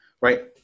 right